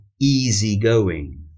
easygoing